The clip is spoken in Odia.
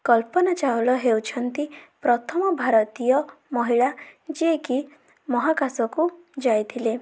କଳ୍ପନା ଚାୱଲା ହେଉଛନ୍ତି ପ୍ରଥମ ଭାରତୀୟ ମହିଳା ଯିଏକି ମହାକାଶକୁ ଯାଇଥିଲେ